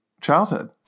childhood